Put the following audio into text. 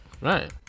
Right